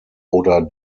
oder